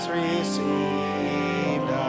received